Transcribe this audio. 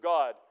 God